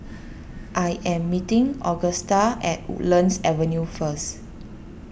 I am meeting Augusta at Woodlands Avenue first